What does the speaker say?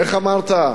איך אמרת?